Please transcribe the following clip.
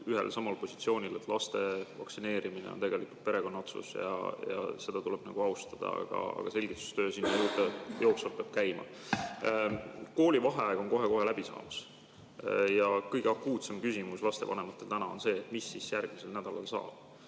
ühel ja samal positsioonil, et laste vaktsineerimine on perekonna otsus ja seda tuleb austada, aga selgitustöö peab sinna juurde jooksvalt käima. Koolivaheaeg on kohe-kohe läbi saamas ja kõige akuutsem küsimus lastevanematel on täna see, mis saab järgmisel nädalal.